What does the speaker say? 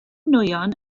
nwyon